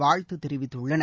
வாழ்த்து தெரிவித்துள்ளனர்